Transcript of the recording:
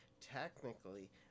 technically